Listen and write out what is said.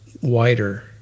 wider